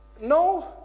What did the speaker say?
No